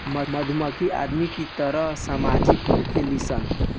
मधुमक्खी आदमी के तरह सामाजिक होखेली सन